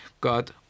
god